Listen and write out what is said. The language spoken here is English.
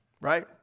right